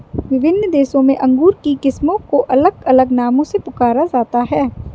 विभिन्न देशों में अंगूर की किस्मों को अलग अलग नामों से पुकारा जाता है